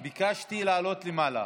גם ביקשתי לעלות למעלה.